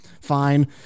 Fine